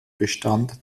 bestand